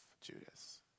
Judas